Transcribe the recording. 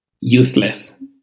useless